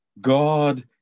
God